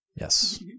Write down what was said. Yes